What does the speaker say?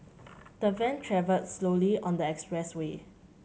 the van travelled slowly on the expressway